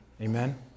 Amen